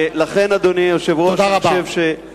לכן, אדוני היושב-ראש, אני חושב, תודה רבה.